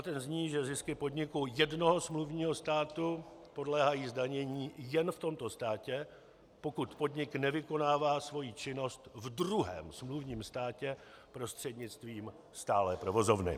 Ten zní, že zisky podniku jednoho smluvního státu podléhají zdanění jen v tomto státě, pokud podnik nevykonává svoji činnost v druhém smluvním státě prostřednictvím stálé provozovny.